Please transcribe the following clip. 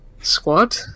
Squad